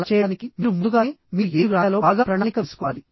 అలా చేయడానికి మీరు ముందుగానే మీరు ఏమి వ్రాయాలో బాగా ప్రణాళిక వేసుకోవాలి